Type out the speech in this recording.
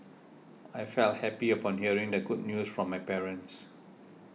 I felt happy upon hearing the good news from my parents